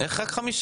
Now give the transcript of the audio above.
איך רק חמישה.